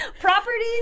properties